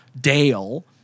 Dale